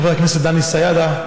חבר הכנסת דני סידה,